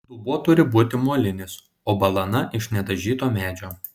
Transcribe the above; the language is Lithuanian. dubuo turi būti molinis o balana iš nedažyto medžio